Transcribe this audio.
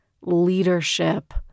leadership